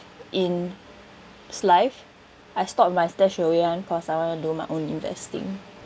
in SYFE I stopped my StashAway [one] cause I wanna do my own investing